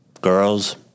girls